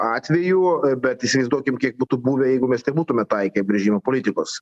atvejų bet įsivaizduokim kiek būtų buvę jeigu mes nebūtume taikę brėžimo politikos